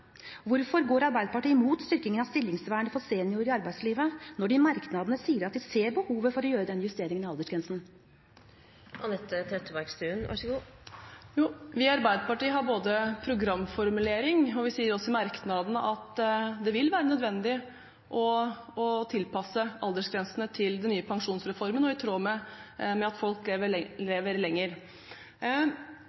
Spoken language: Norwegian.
Hvorfor går Arbeiderpartiet imot styrkingen av stillingsvernet for seniorer i arbeidslivet når de i merknadene sier at de ser behovet for å gjøre denne justeringen av aldersgrensen? Vi i Arbeiderpartiet har som programformulering, og vi sier det også i merknadene, at det vil være nødvendig å tilpasse aldersgrensene til den nye pensjonsreformen og i tråd med at folk lever lenger.